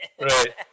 Right